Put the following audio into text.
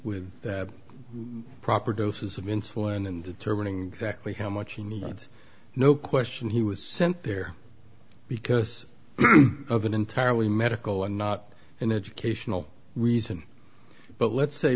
with proper doses of insulin and determining exactly how much he needs no question he was sent there because of an entirely medical and not an educational reason but let's say